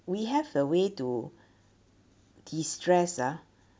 we have a way to de-stress ah